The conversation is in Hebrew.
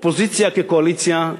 אופוזיציה כקואליציה,